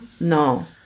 no